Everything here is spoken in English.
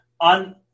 on